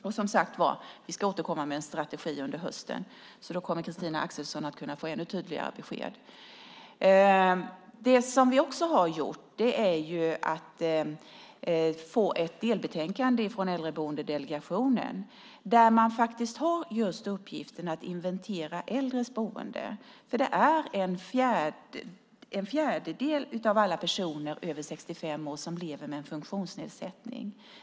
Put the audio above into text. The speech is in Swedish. Och, som sagt var, vi ska återkomma med en strategi under hösten. Då kommer Christina Axelsson att kunna få ännu tydligare besked. Vi har också fått ett delbetänkande från Äldreboendedelegationen som just har uppgiften att inventera äldres boenden. Det är en fjärdedel av alla personer över 65 år som lever med en funktionsnedsättning.